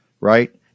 right